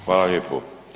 Hvala lijepo.